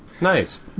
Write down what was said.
Nice